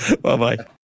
Bye-bye